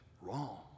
wrong